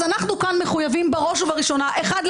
אז אנחנו כאן מחויבים בראש ובראשונה אחד,